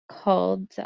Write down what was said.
called